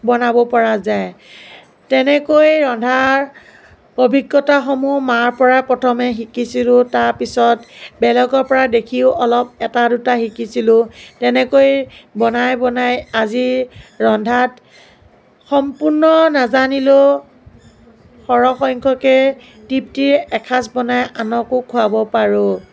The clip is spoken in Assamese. বনাব পৰা যায় তেনেকৈ ৰন্ধাৰ অভিজ্ঞতাসমূহ মাৰ পৰা প্ৰথমে শিকিছিলোঁ তাৰপিছত বেলেগৰ পৰা দেখিও অলপ এটা দুটা শিকিছিলোঁ তেনেকৈ বনাই বনাই আজি ৰন্ধাত সম্পূৰ্ণ নাজানিলেও সৰহসংখ্যকে তৃপ্তিৰে এসাঁজ বনাই আনকো খুৱাব পাৰোঁ